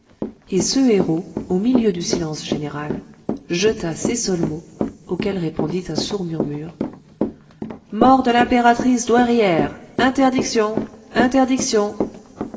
et ce héraut au milieu du silence général jeta ces seuls mots auxquels répondit un sourd murmure mort de l'impératrice douairière interdiction interdiction